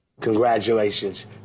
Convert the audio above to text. Congratulations